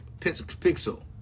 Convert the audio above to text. pixel